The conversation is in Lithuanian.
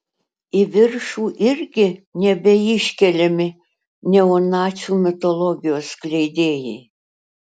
į viršų irgi nebeiškeliami neonacių mitologijos skleidėjai